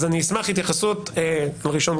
אשמח להתייחסות לראשון,